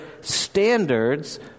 standards